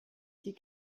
die